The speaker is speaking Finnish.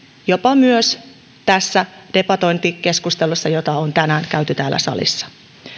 jopa myös tässä debatointikeskustelussa jota on tänään käyty täällä salissa